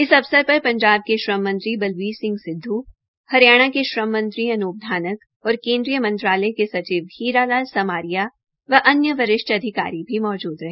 इस अवसर पर पंजाब श्रम मंत्री बलबीर सिंह सिध् हरियाणा के श्रम मंत्री अन्प धानक और केन्द्रीय मंत्रालय क सचिव हीरा लाल समारिया व अन्य वरिष्ठ अधिकारी भी मौजूद रहे